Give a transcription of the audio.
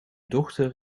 dochter